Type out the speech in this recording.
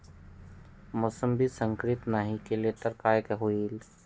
मोसंबी संकरित नाही केली तर काय होईल?